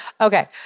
Okay